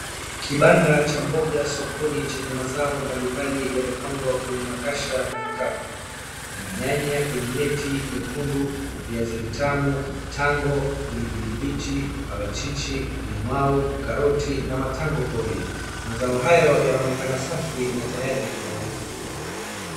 Kibanda cha mboga sokoni chenye mazao mbalimbali yamepangwa kwenye makasha na vikapu. Kuna nyanya kwenye neti nyekundu, viazi vitamu, tango, pilipili mbichi, parachichi, limau, karoti na matango pori. Mazao hayo yanaonekana safi na tayari kwa mauzo.